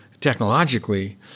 technologically